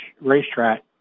racetrack